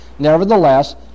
Nevertheless